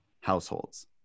households